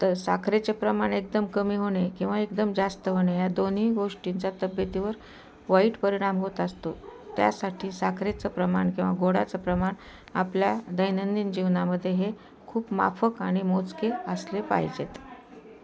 तर साखरेचे प्रमाण एकदम कमी होणे किंवा एकदम जास्त होणे ह्या दोन्हीही गोष्टींचा तब्येतीवर वाईट परिणाम होत असतो त्यासाठी साखरेचं प्रमाण किंवा गोडाचं प्रमाण आपल्या दैनंदिन जीवनामध्ये हे खूप माफक आणि मोजके असले पाहिजेत